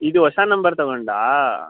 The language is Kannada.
ಇದು ಹೊಸ ನಂಬರ್ ತಗೊಂಡ್ಯಾ